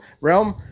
realm